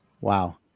Wow